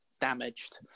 damaged